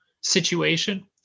situation